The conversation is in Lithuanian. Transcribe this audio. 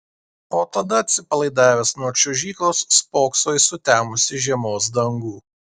o tada atsipalaidavęs nuo čiuožyklos spokso į sutemusį žiemos dangų